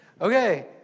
Okay